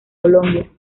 colombia